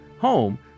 home